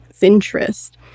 interest